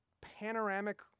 panoramic